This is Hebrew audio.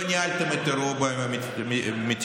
ניהלתם את האירוע במתינות,